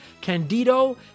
Candido